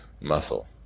muscle